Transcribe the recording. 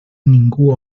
ningú